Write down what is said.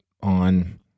on